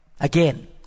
Again